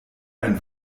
ein